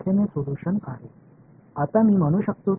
1 தெரியும் என்பது உங்களுக்குத் தெரியும்